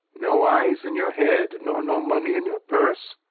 no eyes in your head, nor no money in your purse?